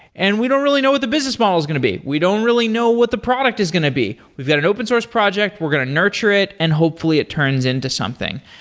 and we don't really know what the business model is going to be. we don't really know what the product is going to be. we've got an open source project. we're going to nurture it and hopefully, it turns into something.